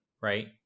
right